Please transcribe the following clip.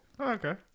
Okay